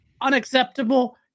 Unacceptable